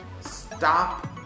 stop